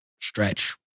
stretch